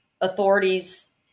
Authorities